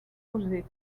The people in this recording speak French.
posé